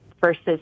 versus